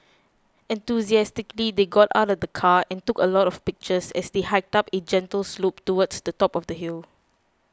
enthusiastically they got out of the car and took a lot of pictures as they hiked up a gentle slope towards the top of the hill